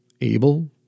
Abel